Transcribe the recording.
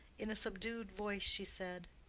in a subdued voice, she said,